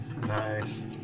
Nice